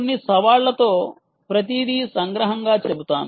కొన్ని సవాళ్లతో ప్రతిదీ సంగ్రహంగా చెబుతాను